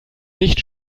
nicht